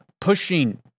pushing